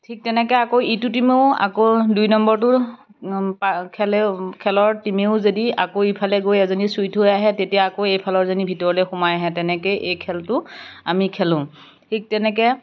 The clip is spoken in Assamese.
ঠিক তেনেকৈ আকৌ ইটো টীমেও আকৌ দুই নম্বৰটো খেলে খেলৰ টীমেও যদি আকৌ ইফালে গৈ এজনী চুই থৈ আহে তেতিয়া আকৌ এইফালৰ জনী ভিতৰলৈ সোমাই আহে তেনেকেই এই খেলটো আমি খেলোঁ ঠিক তেনেকৈ